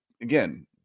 again